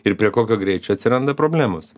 ir prie kokio greičio atsiranda problemos